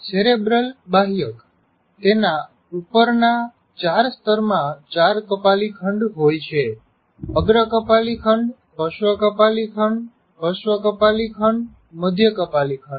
cerebral બાહ્યક તેના ઉપરના ચાર સ્તરમાં ચાર કપાલી ખંડ હોય છે - અગ્ર કપાલી ખંડ પશ્ર્વૅ કપાલી ખંડ પશ્ચ કપાલી ખંડ મઘ્ય કપાલી ખંડ